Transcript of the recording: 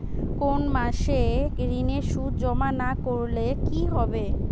কোনো মাসে ঋণের সুদ জমা না করলে কি হবে?